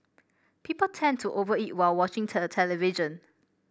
people tend to over eat while watching the television